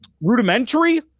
rudimentary